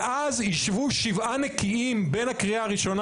ואז יישבו שבעה נקיים בין הקריאה הראשונה